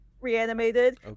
reanimated